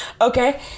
Okay